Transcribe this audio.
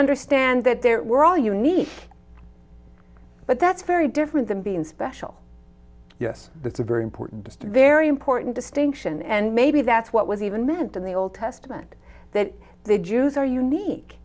understand that there were all unique but that's very different than being special yes it's a very important very important distinction and maybe that's what was even meant in the old testament that the jews are unique